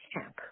camp